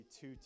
two